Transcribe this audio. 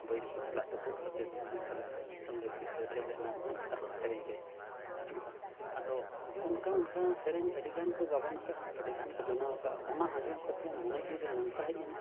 ᱵᱟᱹᱭᱨᱤ ᱠᱚ ᱥᱟᱞᱟᱜ ᱛᱩᱯᱩᱫ ᱠᱟᱛᱮᱫ ᱫᱤᱥᱚᱢ ᱞᱟᱹᱜᱤᱫᱮ ᱞᱟᱹᱲᱦᱟᱹᱭ ᱞᱮᱱᱟ ᱚᱱᱠᱟ ᱦᱚᱸ ᱥᱮᱨᱮᱧ ᱨᱮ ᱦᱤᱡᱩᱜᱼᱟ ᱟᱫᱚ ᱚᱱᱠᱟ ᱚᱱᱠᱟ ᱥᱮᱨᱮᱧ ᱟᱹᱰᱤ ᱜᱟᱱ ᱠᱚ ᱜᱟᱵᱟᱱ ᱠᱟᱜᱼᱟ ᱟᱹᱰᱤ ᱜᱟᱱ ᱠᱚ ᱵᱮᱱᱟᱣ ᱟᱠᱟᱜᱼᱟ ᱚᱱᱟ ᱠᱚ ᱟᱸᱡᱚᱢ ᱠᱟᱛᱮᱫ ᱢᱚᱱᱮ ᱡᱤᱣᱤ ᱨᱮ ᱱᱚᱝᱠᱟ ᱦᱮᱡᱱᱟ